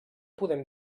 podem